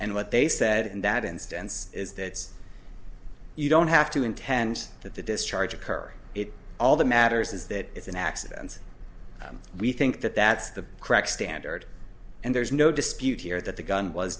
and what they said in that instance is that you don't have to intend that the discharge occur it's all that matters is that it's an accident we think that that's the correct standard and there's no dispute here that the gun was